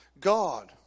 God